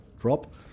drop